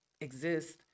exist